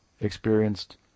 experienced